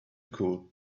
cool